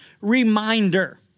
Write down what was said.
reminder